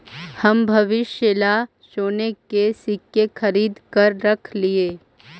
हम भविष्य ला सोने के सिक्के खरीद कर रख लिए